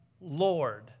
lord